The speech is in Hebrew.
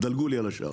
דלגו לי על השאר.